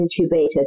intubated